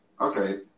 Okay